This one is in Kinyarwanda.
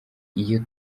iyo